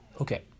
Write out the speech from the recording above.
Okay